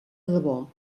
debò